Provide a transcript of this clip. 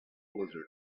blizzard